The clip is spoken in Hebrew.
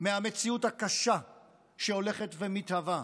מהמציאות הקשה שהולכת ומתהווה,